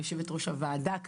יושבת-ראש הוועדה כמובן,